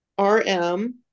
rm